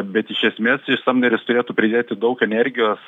bet iš esmės samneris turėtų pridėti daug energijos